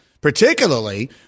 particularly